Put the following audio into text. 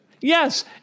Yes